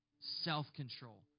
Self-control